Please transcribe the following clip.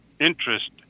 interest